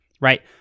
right